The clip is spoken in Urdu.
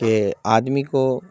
کہ آدمی کو